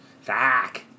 Fuck